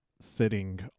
sitting